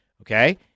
okay